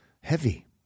heavy